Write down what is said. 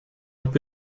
would